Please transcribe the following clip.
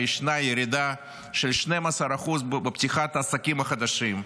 ישנה ירידה של 12% בפתיחת עסקים חדשים,